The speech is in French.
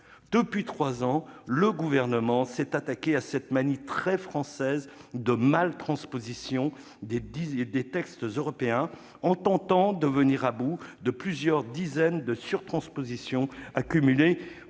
Depuis trois ans, le Gouvernement s'attaque à cette manie très française de la « mal-transposition » des textes européens, en tentant de venir à bout de plusieurs dizaines de surtranspositions accumulées